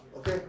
okay